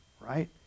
right